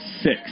six